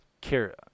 care